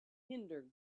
hinder